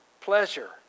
pleasure